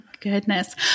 goodness